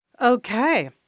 Okay